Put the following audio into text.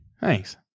Thanks